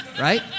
Right